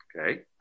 Okay